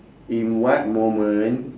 in what moment